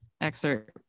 excerpt